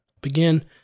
begin